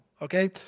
Okay